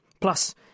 Plus